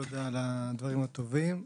תודה על הדברים הטובים.